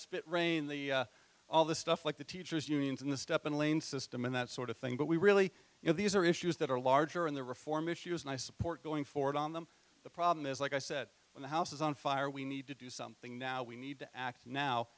spit rain the all the stuff like the teachers unions and the step in lean system and that sort of thing but we really you know these are issues that are larger in the reform issues and i support going forward on them the problem is like i said in the house is on fire we need to do something now we need to act now